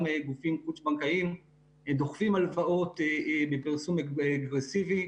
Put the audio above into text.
גופים חוץ בנקאיים דוחפים הלוואות בפרסום אגרסיבי,